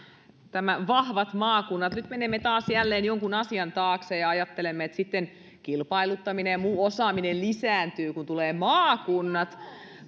nämä vahvat maakunnat nyt menemme taas jälleen jonkun asian taakse ja ajattelemme että sitten kilpailuttaminen ja muu osaaminen lisääntyvät kun tulee maakunnat